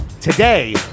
today